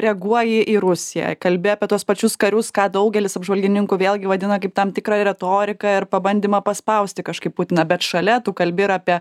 reaguoji į rusiją kalbi apie tuos pačius karius ką daugelis apžvalgininkų vėlgi vadina kaip tam tikrą retoriką ir pabandymą paspausti kažkaip putiną bet šalia tu kalbi ir apie